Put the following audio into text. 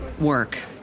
work